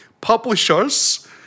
Publishers